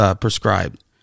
prescribed